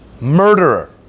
murderer